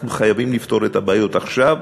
אנחנו חייבים לפתור את הבעיות עכשיו,